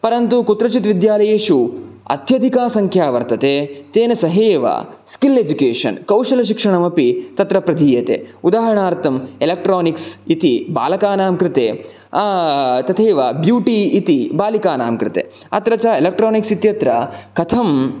परन्तु कुत्रचित् विद्यालयेषु अत्यधिका संख्या वर्तते तेन सहैव स्किल् एजुकेशन् कौशलशिक्षणम् अपि तत्र प्रतीयते उदाहरनार्थम् इलेक्ट्रानिक्स् इति बालकानां कृते तथैव ब्यूटि इति बालिकानां कृते अत्र च इलेक्ट्रानिक्स् इत्यत्र कथं